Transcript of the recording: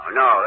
no